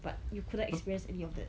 but you couldn't experience any of that